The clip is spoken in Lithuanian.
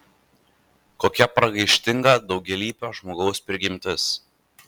kokia pragaištinga daugialypio žmogaus prigimtis